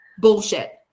Bullshit